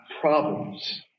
problems